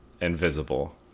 invisible